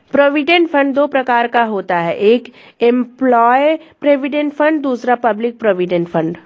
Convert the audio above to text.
provident fund दो प्रकार का होता है एक एंप्लॉय प्रोविडेंट फंड दूसरा पब्लिक प्रोविडेंट फंड